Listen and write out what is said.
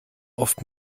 oft